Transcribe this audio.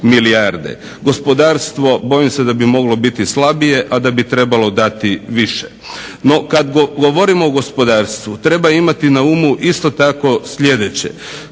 Gospodarstvo bojim se da bi moglo biti slabije, a da bi trebalo dati više. No kad govorimo o gospodarstvu treba imati na umu isto tako sljedeće.